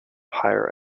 higher